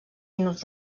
minuts